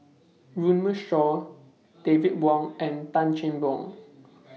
Runme Shaw David Wong and Tan Cheng Bock